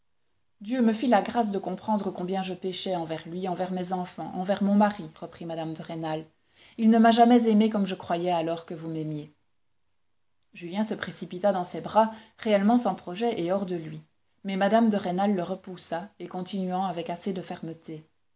dieu me fit la grâce de comprendre combien je péchais envers lui envers mes enfants envers mon mari reprit mme de rênal il ne m'a jamais aimée comme je croyais alors que vous m'aimiez julien se précipita dans ses bras réellement sans projet et hors de lui mais mme de rênal le repoussa et continuant avec assez de fermeté